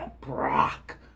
Brock